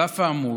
על אף האמור,